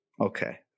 Okay